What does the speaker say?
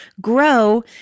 grow